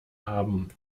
haben